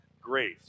grace